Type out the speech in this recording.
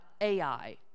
Ai